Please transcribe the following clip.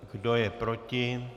Kdo je proti?